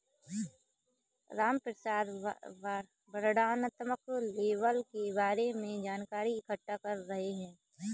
रामप्रसाद वर्णनात्मक लेबल के बारे में जानकारी इकट्ठा कर रहा है